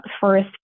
first